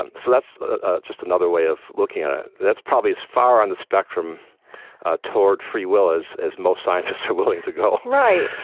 um so that's ah just another way of looking at it. that's probably as far on the spectrum ah toward free will as as most scientists are willing to go right.